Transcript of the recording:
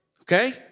Okay